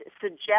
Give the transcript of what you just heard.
suggest